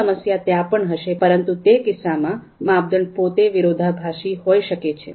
આ સમસ્યા ત્યાં પણ હશે પરંતુ તે કિસ્સામાં માપદંડ પોતે વિરોધાભાસી હોય શકે છે